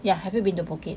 yeah have you been to Phuket